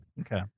Okay